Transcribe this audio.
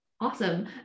Awesome